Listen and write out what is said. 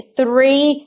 three